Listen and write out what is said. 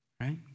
right